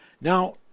Now